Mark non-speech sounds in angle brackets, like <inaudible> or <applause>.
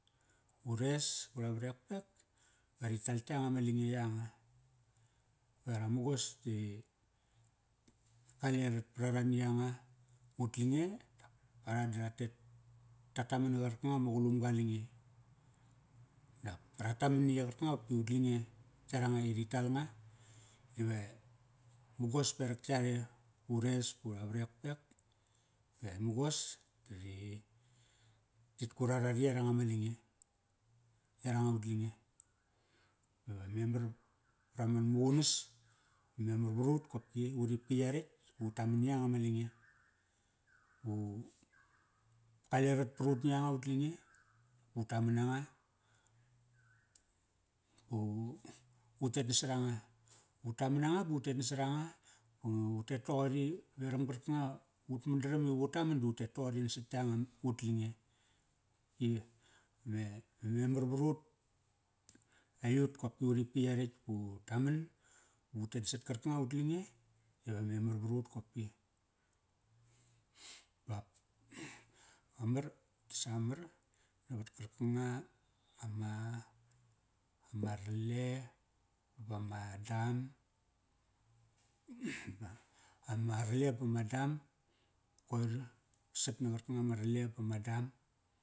Ures, ura varekpek va ri tal yanga ma lange yanga. Ba ara mugos di, kale rat parara ni yanga ut lange dap ara da ra tet, ta taman na qarkang ma qulumga lange. Dap ra taman ni ye, qarkanga qopki ut lange. Yaranga i ri tal nga ve mugos perak yare ures pura varekpek. Ve mugos da ri, tit kura ra ri yaranga ma lange. Yaranga ut lange. Ba va memar var ut kopki uripki yaretk ba ut taman ni yanga ma lange. Ba u, kale rat parut ni yanga ut lange ut taman nanga ba utet nasara nga. Ut taman nanga ba utet nasa ranga ba utet nasaranga. U utet toqori veram qarkanga ut mandaram i vu tamanda utet toqori nasat yangam, ut lange I, me, ve memarvarut. Aiyut kopki uripki yaretk. U ut taman vu tet nasat karkanga ut lange iva memar varut kopki. <noise> <unintelligible> Mamar, utes a mar navat karkanga, ama, ama rale, ba ma dam <noise> ama rale bama dam. Koir vasat na qarkanga ma rale bama dam.